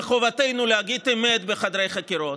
וחובתנו להגיד אמת בחדרי חקירות,